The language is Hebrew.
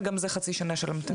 וגם זה חצי שנה של המתנה.